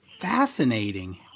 fascinating